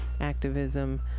activism